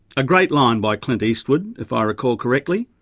a great line by clint eastwood if i recall correctly.